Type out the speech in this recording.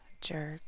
jerk